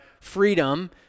freedom